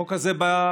החוק הזה בא,